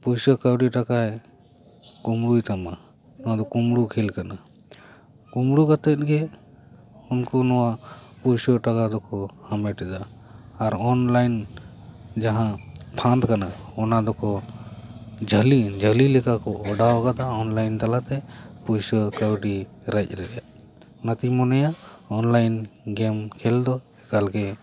ᱯᱩᱭᱥᱟᱹ ᱠᱟᱹᱣᱰᱤ ᱴᱟᱠᱟᱭ ᱠᱩᱢᱲᱩᱭ ᱛᱟᱢᱟ ᱱᱚᱣᱟ ᱫᱚ ᱠᱩᱢᱲᱩ ᱠᱷᱮᱞ ᱠᱟᱱᱟ ᱠᱩᱢᱲᱩ ᱠᱟᱛᱮᱫ ᱜᱮ ᱩᱱᱠᱩ ᱱᱚᱣᱟ ᱯᱩᱭᱥᱟᱹ ᱴᱟᱠᱟ ᱫᱚᱠᱚ ᱦᱟᱢᱮᱴᱮᱜᱼᱟ ᱟᱨ ᱚᱱᱞᱟᱭᱤᱱ ᱡᱟᱦᱟᱸ ᱯᱷᱟᱸᱫᱽ ᱠᱟᱱᱟ ᱚᱱᱟ ᱫᱚᱠᱚ ᱡᱷᱟᱹᱞᱤ ᱡᱷᱟᱹᱞᱤ ᱞᱮᱠᱟ ᱠᱚ ᱚᱰᱟᱣ ᱟᱠᱟᱫᱟ ᱚᱱᱞᱟᱭᱤᱱ ᱛᱟᱞᱟᱛᱮ ᱯᱩᱭᱥᱟᱹ ᱠᱟᱹᱣᱰᱤ ᱨᱮᱡ ᱞᱟᱹᱜᱤᱫ ᱚᱱᱟ ᱛᱤᱧ ᱢᱚᱱᱮᱭᱟ ᱚᱱᱞᱟᱭᱤᱱ ᱜᱮᱹᱢ ᱠᱷᱮᱞ ᱫᱚ ᱮᱠᱟᱞ ᱜᱮ